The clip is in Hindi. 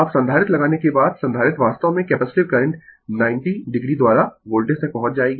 अब संधारित्र लगाने के बाद संधारित्र वास्तव में कैपेसिटिव करंट 90o द्वारा वोल्टेज तक पहुंच जाएगी